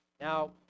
Now